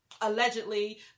allegedly